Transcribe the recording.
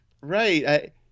Right